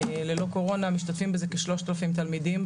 ללא קורונה משתתפים בזה כשלושת אלפים תלמידים,